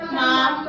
mom